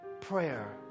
prayer